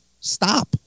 stop